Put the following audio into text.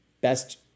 best